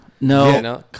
No